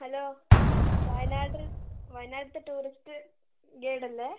hello Wayanad വയനാട്ടിലത്തെ tourist guide അല്ലേ